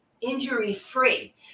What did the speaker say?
injury-free